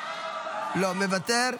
לא, מוותר.